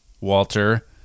Walter